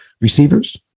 Receivers